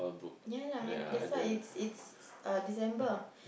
ya lah may that's why it's it's uh December